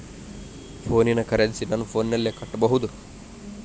ಫೋನಿನ ಕರೆನ್ಸಿ ನನ್ನ ಫೋನಿನಲ್ಲೇ ಕಟ್ಟಬಹುದು?